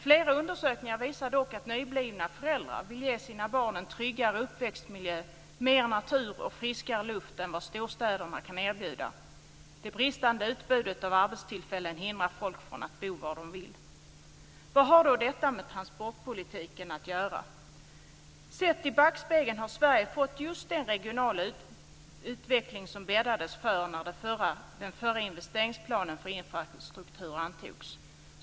Flera undersökningar visar dock att nyblivna föräldrar vill ge sina barn en tryggare uppväxtmiljö, mer natur och friskare luft än vad storstäderna kan erbjuda. Det bristande utbudet av arbetstillfällen hindrar folk från att bo var de vill. Vad har då detta med transportpolitiken att göra? Sett i backspegeln har Sverige fått just den regionala utveckling som bäddades för när den förra investeringsplanen för infrastruktur antogs.